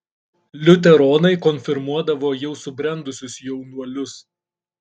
liuteronai konfirmuodavo jau subrendusius jaunuolius